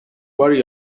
worry